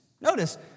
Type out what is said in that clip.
Notice